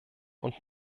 und